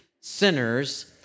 sinners